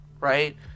right